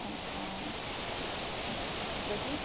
অঁ অঁ যদি